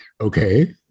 Okay